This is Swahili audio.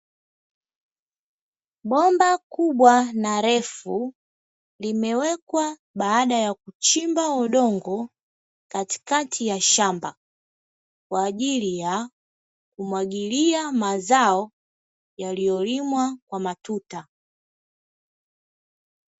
Bomba kubwa na refu limewekwa baada ya kuchimba udongo katikati ya shamba, kwa ajili ya kumwagilia mazao yaliyolimwa kwa matuta.